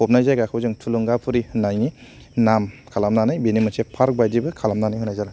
फबनाय जायगाखौ जों थुलुंगाफुरि होननायनि नाम खालामनानै बेनो मोनसे फार्क बायदिबो खालामनानै होनाय जादों